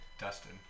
Dustin